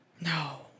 No